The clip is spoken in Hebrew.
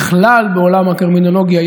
בכלל בעולם הקרימינולוגיה,